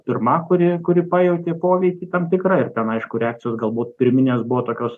pirma kuri kuri pajautė poveikį tam tikrą ir ten aišku reakcijos galbūt pirminės buvo tokios